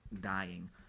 dying